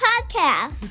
podcast